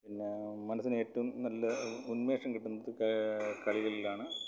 പിന്നെ മനസ്സിന് ഏറ്റവും നല്ല ഉന്മേഷം കിട്ടുന്നത് കളികളിലാണ്